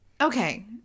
okay